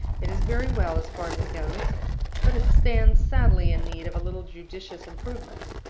it is very well as far as it goes but it stands sadly in need of a little judicious improvement.